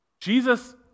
Jesus